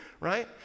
right